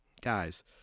guys